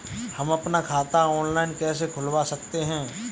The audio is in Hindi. हम अपना खाता ऑनलाइन कैसे खुलवा सकते हैं?